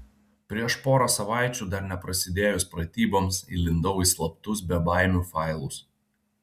prieš porą savaičių dar neprasidėjus pratyboms įlindau į slaptus bebaimių failus